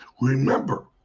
Remember